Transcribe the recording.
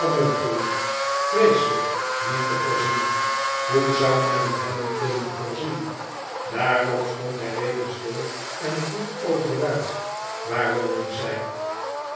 vreeselijk niet te voorzien hoe zou men het hebben kunnen voorzien daarop stond hij weder stil en vroeg overluid waar wonen zij